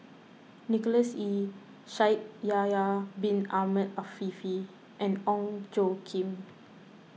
Nicholas Ee Shaikh Yahya Bin Ahmed Afifi and Ong Tjoe Kim